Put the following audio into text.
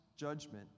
judgment